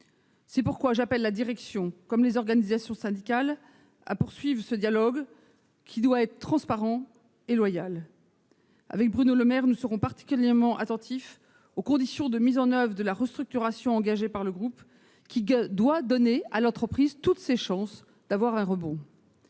C'est pourquoi j'appelle la direction comme les organisations syndicales à poursuivre le dialogue, qui doit être transparent et loyal. Bruno Le Maire et moi-même serons particulièrement attentifs aux conditions de mise en oeuvre de la restructuration engagée par le groupe, qui doit donner à l'entreprise toutes ses chances de rebondir.